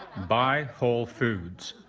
buy whole foods.